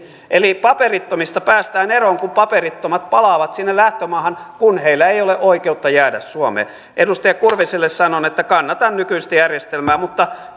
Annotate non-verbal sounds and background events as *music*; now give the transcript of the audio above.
eli paperittomista päästään eroon kun paperittomat palaavat sinne lähtömaahansa kun heillä ei ole oikeutta jäädä suomeen edustaja kurviselle sanon että kannatan nykyistä järjestelmää mutta *unintelligible*